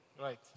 Right